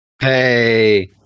hey